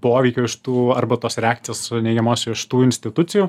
poveikio iš tų arba tos reakcijos neigiamos iš tų institucijų